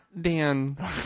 Dan